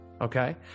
okay